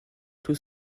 tout